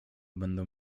będą